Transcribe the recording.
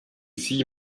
sie